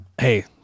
hey